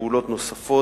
פעולות נוספות,